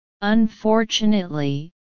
Unfortunately